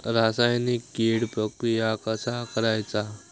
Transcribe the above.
रासायनिक कीड प्रक्रिया कसा करायचा?